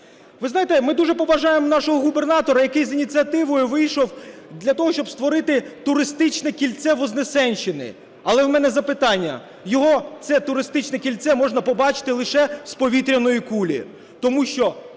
Ви знаєте, ми дуже поважаємо нашого губернатора, який з ініціативою вийшов для того, щоб створити туристичне кільце Вознесенщини. Але у мене запитання. Його, це туристичне кільце, можна побачити лише з повітряної кулі,